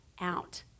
out